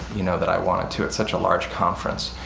you know, that i wanted to. it's such a large conference.